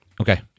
Okay